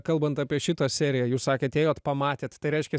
kalbant apie šitą seriją jūs sakėt jei vat pamatėt tai reiškia